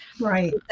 right